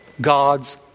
God's